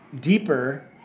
deeper